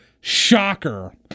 Shocker